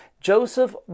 Joseph